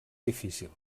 difícil